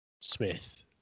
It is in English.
Smith